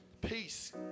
peace